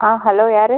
ஆமாம் ஹலோ யார்